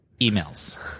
emails